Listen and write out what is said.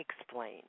explain